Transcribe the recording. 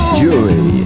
jury